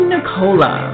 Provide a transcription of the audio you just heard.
Nicola